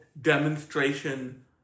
demonstration